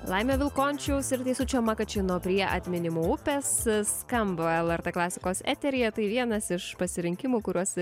laimio vilkončiaus ir teisučio makačino prie atminimo upės skamba lrt klasikos eteryje tai vienas iš pasirinkimų kuriuos